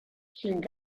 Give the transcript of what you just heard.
cinc